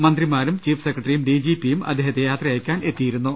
മന്ത്രിമാരും ചീഫ് സെക്രട്ടറിയും D G പിയും അദ്ദേഹത്തെ യാത്രയയ്ക്കാൻ എത്തിയിരു ന്നു